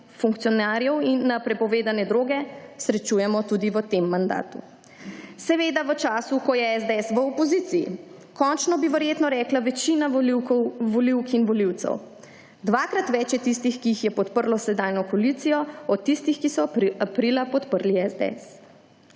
funkcionarjev in na prepovedane droge, srečujemo tudi v tem mandatu. Seveda v času, ko je SDS v opoziciji. Končno bi verjetno rekla večina volivk in volivcev. Dvakrat več je tistih, ki jih je podprlo sedanjo koalicijo, od tistih, ki so aprila podprli SDS.